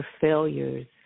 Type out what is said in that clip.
failures